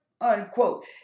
unquote